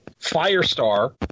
Firestar